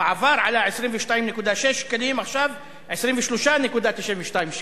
בעבר עלה 22.6 שקלים ועכשיו 23.92 שקלים.